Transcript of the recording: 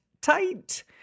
tight